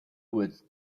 woods